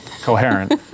coherent